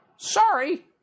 sorry